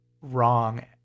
wrong